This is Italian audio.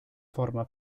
forma